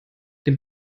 dem